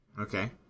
Okay